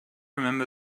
remember